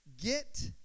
get